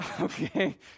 Okay